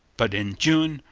but in june,